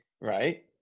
right